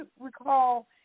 recall